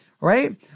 right